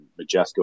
Majesco